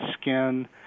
skin